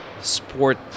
sport